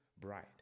bride